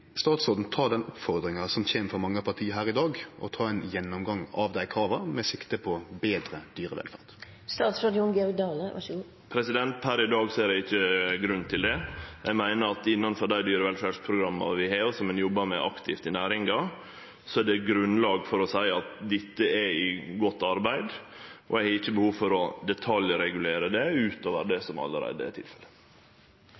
statsråden ta den oppfordringa som kjem frå mange parti her i dag, og føreta ein gjennomgang av desse krava, med sikte på betre dyrevelferd? Per i dag ser eg ikkje grunn til det. Eg meiner at innanfor dei dyrevelferdsprogramma ein har, og som ein jobbar aktivt med i næringa, er det grunnlag for å seie at dette er i godt arbeid. Eg har ikkje behov for å detaljregulere det utover det